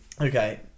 Okay